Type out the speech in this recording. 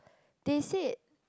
they said